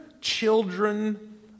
children